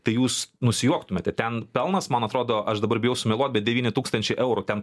tai jūs nusijuoktumėte ten pelnas man atrodo aš dabar bijau sumeluot bet devyni tūkstančiai eurų ten